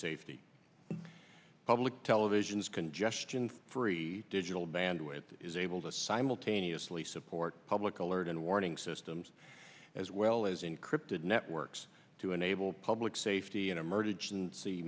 safety and public television's congestion free digital bandwidth is able to simultaneously support public alert and warning systems as well as encrypted networks to enable public safety and emergency